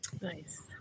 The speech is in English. nice